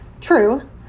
true